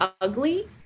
ugly